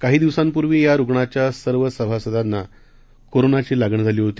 काही दिवसांपूर्वी या रुग्णाच्या सर्व सभासदांना कोरोनाची लागण झाली होती